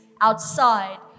outside